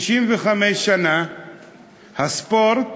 65 שנה הספורט